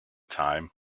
time